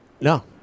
No